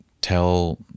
tell